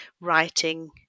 writing